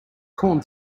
corn